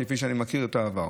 כפי שאני מכיר מהעבר.